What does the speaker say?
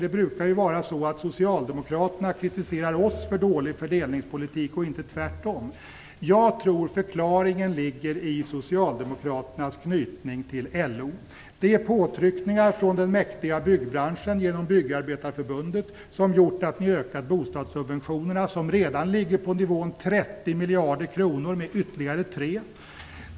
Det brukar ju vara så att Socialdemokraterna kritiserar oss för dålig fördelningspolitik och inte tvärtom. Jag tror förklaringen ligger i Socialdemokraternas knytning till LO. Det är påtryckningar från den mäktiga byggbranschen genom Byggarbetarförbundet som gjort att ni ökar bostadssubventionerna som redan ligger på nivån 30 miljarder kronor med ytterligare 3 miljarder.